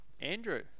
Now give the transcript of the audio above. Andrew